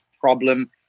problem